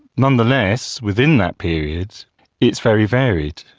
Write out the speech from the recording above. nonetheless, within that period it's very varied,